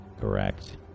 Correct